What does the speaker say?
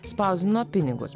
spausdino pinigus